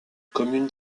commune